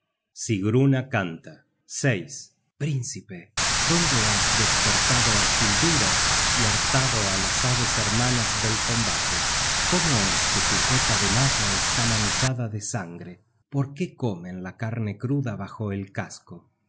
oriente sigruna canta príncipe dónde has despertado á hildura y hartado á las aves hermanas del combate cómo es que tu cota de malla está man la guerra content from google book search generated at chada de sangre porque comen la carne cruda bajo el casco